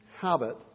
habit